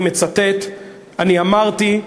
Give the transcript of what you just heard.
אני מצטט: אני אמרתי,